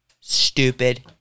stupid